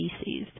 species